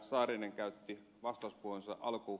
saarinen käytti vasta kun se alku